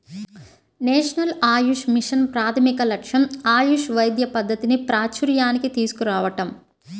national AYUSH mission ప్రాథమిక లక్ష్యం ఆయుష్ వైద్య పద్ధతిని ప్రాచూర్యానికి తీసుకురావటం